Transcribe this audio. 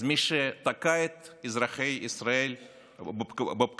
אז מי שתקע את אזרחי ישראל בפקקים